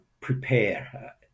prepare